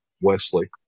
wesley